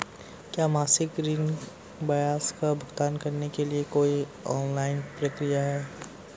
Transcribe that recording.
क्या मासिक ऋण ब्याज का भुगतान करने के लिए कोई ऑनलाइन प्रक्रिया है?